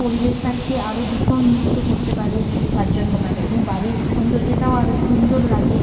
পরিবেশটাকে আরো দূষণ মুক্ত করতে পারে তার জন্য লাগায় এবং বাড়ির সৌন্দর্যটাও আরো সুন্দর লাগে